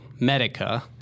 Medica